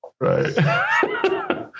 Right